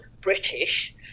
British